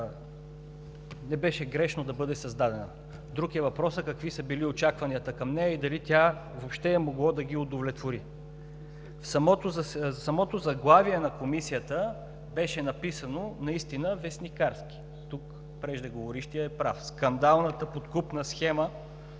не беше грешно тази комисия да бъде създадена. Друг е въпросът какви са били очакванията към нея и дали тя въобще е могла да ги удовлетвори. Самото заглавие на Комисията беше написано наистина вестникарски. Тук преждеговорившият е прав – скандалната, подкупна схема